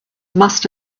must